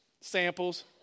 samples